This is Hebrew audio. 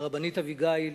הרבנית אביגיל,